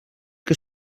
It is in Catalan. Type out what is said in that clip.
què